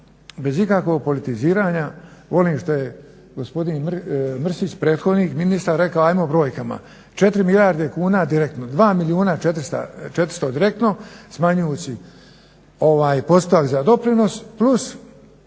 bez ikakvog politiziranja onim što je gospodin Mrsić, prethodni ministar rekao, ajmo brojkama. 4 milijarde kuna direktno, 2 milijuna 400 direktno, smanjuje se postotak za doprinos plus